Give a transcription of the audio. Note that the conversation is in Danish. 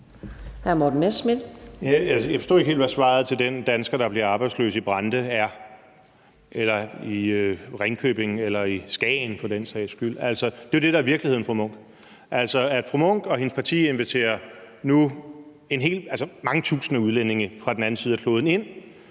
Jeg forstod ikke helt, hvad svaret er til den dansker, der bliver arbejdsløs i Brande eller i Ringkøbing eller i Skagen for den sags skyld. Altså, det er jo det, der er virkeligheden, vil jeg sige til fru Charlotte Munch. Fru Charlotte Munch og hendes parti inviterer nu mange tusinde udlændinge fra den anden side af kloden ind,